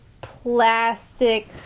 plastic